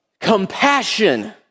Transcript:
Compassion